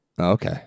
Okay